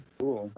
Cool